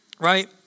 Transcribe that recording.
right